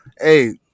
Hey